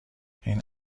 این